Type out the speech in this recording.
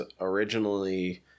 originally